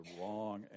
wrong